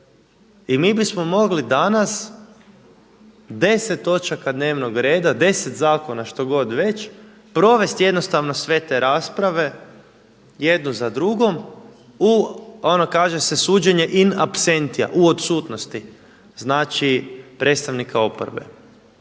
I mi bismo mogli danas deset točaka dnevnog reda, deset zakona što god već, provest jednostavno sve te rasprave jednu za drugom u ono kaže se suđenje in absentia u odsutnosti, znači predstavnika oporbe.